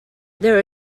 there